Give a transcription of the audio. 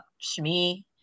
Shmi